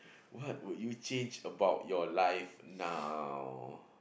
what would you change about your life now